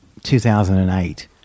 2008